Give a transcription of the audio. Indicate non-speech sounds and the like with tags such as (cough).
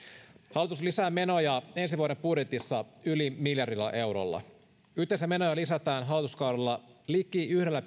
hallitus lisää menoja ensi vuoden budjetissa yli miljardilla eurolla yhteensä menoja lisätään hallituskaudella liki yhdellä (unintelligible)